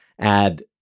add